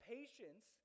Patience